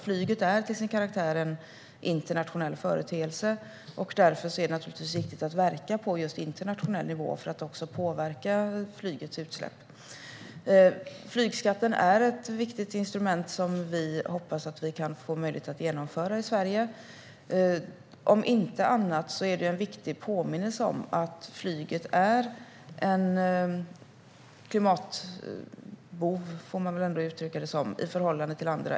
Flyget är till sin karaktär en internationell företeelse, och därför är det naturligtvis viktigt att verka på internationell nivå för att påverka flygets utsläpp. Flygskatten är ett viktigt instrument som vi hoppas att vi kan få möjlighet att införa i Sverige. Om inte annat är det en viktig påminnelse om att flyget är en klimatbov - så får man väl ändå uttrycka det - i förhållande till andra.